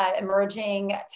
emerging